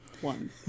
One